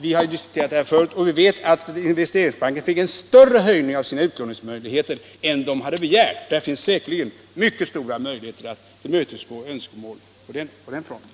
Vi har ju diskuterat detta förut, och vi vet att Investeringsbanken fick en större höjning av sina utlåningsmöjligheter än den hade begärt. Det finns säkerligen mycket stora möjligheter att tillmötesgå önskemål på den punkten.